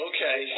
Okay